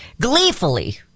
Gleefully